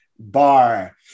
Bar